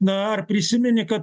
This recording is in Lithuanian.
na ar prisimeni kad